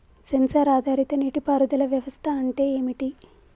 Censor ఆధారిత నీటి పారుదల వ్యవస్థ అంటే ఏమిటి?